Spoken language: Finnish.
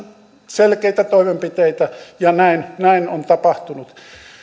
selkeitä toimenpiteitä ja näin on tapahtunut